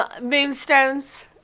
moonstones